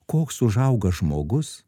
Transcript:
koks užauga žmogus